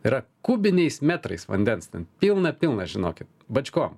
yra kubiniais metrais vandens ten pilna pilna žinokit bačkom